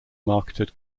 marketed